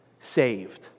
saved